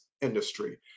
industry